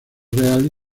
real